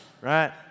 right